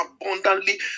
abundantly